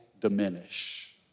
diminish